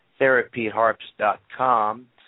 therapyharps.com